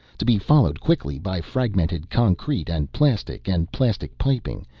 to be followed quickly by fragmented concrete and plastic and plastic piping,